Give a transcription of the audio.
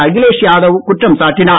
அகிலேஷ் யாதவ் குற்றம் சாட்டினார்